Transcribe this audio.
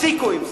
תפסיקו עם זה.